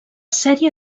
sèrie